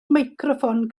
meicroffon